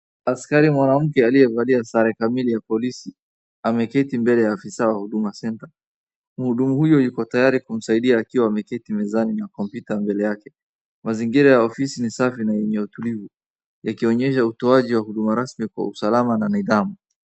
Askari mwanamke, aliyevalia sare kamili ya polisi, ameketi mbele ya afisa wa Huduma Center . Mhudumu huyo yuko tayari kumsaidia akiwa ameketi mezani na kompyuta mbele yake. Mazingira ya ofisi ni safi na yenye utulivu, yakionyesha utoaji wa huduma rasmi kwa usalama na nidhamu.